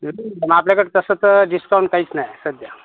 आपल्याकडे तसं तर डिस्काउंट काहीच नाही सध्या